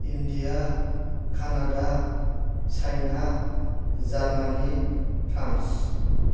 India Canada China Germany France